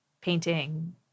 painting